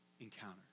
encounter